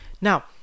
Now